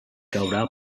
caurà